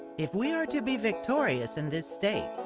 if we are to be victorious in this state,